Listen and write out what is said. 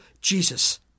Jesus